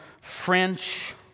French